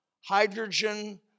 Hydrogen